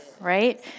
right